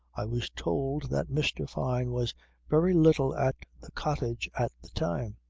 i was told that mr. fyne was very little at the cottage at the time.